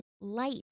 light